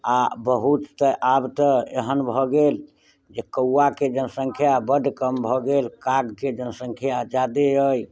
आ बहुत तऽ आब तऽ एहन भऽ गेल जे कौआ के जनसंख्या बड्ड कम भऽ गेल काग के जनसंख्या जादे अछि